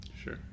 Sure